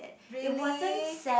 really